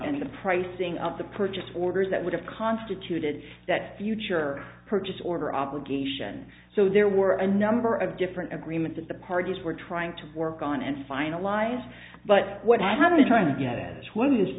and the pricing of the purchase orders that would have constituted that future purchase order obligation so there were a number of different agreement that the parties were trying to work on and finalized but what i haven't tried to get at is what is